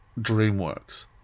DreamWorks